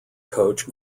coach